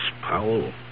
Powell